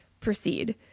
proceed